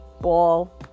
ball